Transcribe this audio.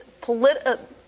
political